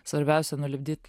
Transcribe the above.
svarbiausia nulipdyt